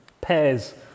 pairs